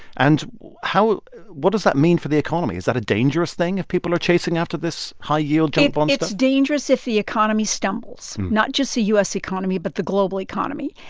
and how what does that mean for the economy? is that a dangerous thing if people are chasing after this high-yield junk bond stuff? it's dangerous if the economy stumbles, not just the u s. economy, but the global economy.